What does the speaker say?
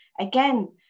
again